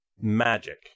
Magic